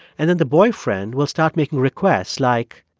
and then the boyfriend will start making requests like.